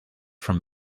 from